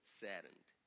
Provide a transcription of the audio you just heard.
saddened